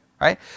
right